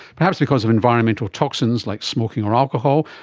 perhaps because of environmental toxins like smoking or alcohol,